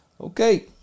Okay